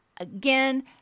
again